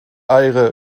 eyre